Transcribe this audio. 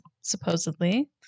supposedly